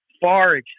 far